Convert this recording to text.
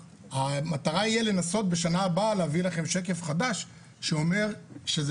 המטרה תהיה לנסות בשנה הבאה להביא אליכם שקף חדש שאומר שזה